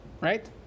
right